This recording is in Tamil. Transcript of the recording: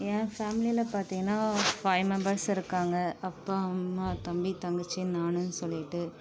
என் ஃபேமிலியில பார்த்தீங்கன்னா ஃபைவ் மெம்பர்ஸ் இருக்காங்கள் அப்பா அம்மா தம்பி தங்கச்சி நான் சொல்லிட்டு